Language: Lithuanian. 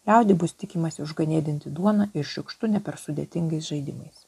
liaudį bus tikimasi užganėdinti duona ir šiukštu ne per sudėtingais žaidimais